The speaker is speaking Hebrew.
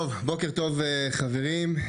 בוקר טוב חברים,